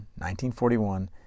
1941